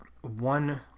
one